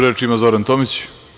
Reč ima Zoran Tomić.